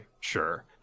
sure